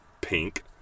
pink